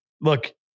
look